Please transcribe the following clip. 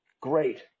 Great